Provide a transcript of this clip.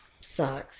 sucks